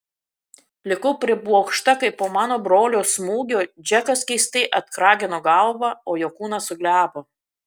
likau priblokšta kai po mano brolio smūgio džekas keistai atkragino galvą o jo kūnas suglebo